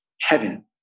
heaven